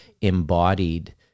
embodied